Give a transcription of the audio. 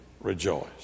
rejoice